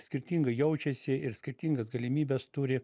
skirtingai jaučiasi ir skirtingas galimybes turi